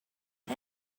get